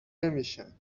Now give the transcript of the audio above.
نمیشن